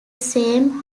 same